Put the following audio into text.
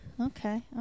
Okay